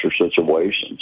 situations